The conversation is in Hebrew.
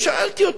בכל אופן,